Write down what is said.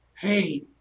hey